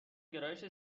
گرایش